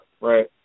Right